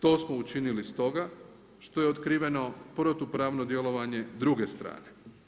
To smo učinili stoga, što je otkrivena protupravno djelovanje druge strane.